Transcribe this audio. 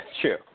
true